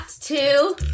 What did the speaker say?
two